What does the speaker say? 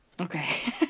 Okay